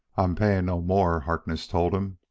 i'm paying no more, harkness told him.